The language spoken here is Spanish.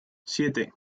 siete